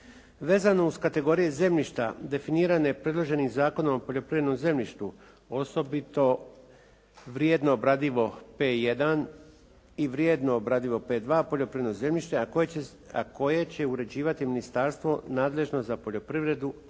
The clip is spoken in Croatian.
Vezano uz kategorije zemljišta definirane predloženim Zakonom o poljoprivrednom zemljištu osobito vrijedno obradivo P1 i vrijedno obradivo P2 poljoprivredno zemljište, a koje će uređivati ministarstvo nadležno za poljoprivredu,